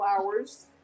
hours